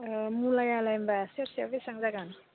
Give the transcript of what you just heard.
अ मुलायालाय होनबा सेरसेयाव बेसेबां जागोन